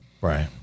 Right